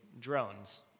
drones